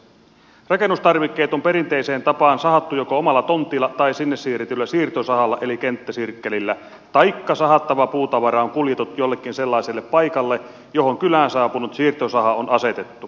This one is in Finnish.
rakennustarvikkeet on perinteiseen tapaan sahattu joko omalla tontilla tai sinne siirretyllä siirtosahalla eli kenttäsirkkelillä taikka sahattava puutavara on kuljetettu jollekin sellaiselle paikalle johon kylään saapunut siirtosaha on asetettu